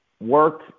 Work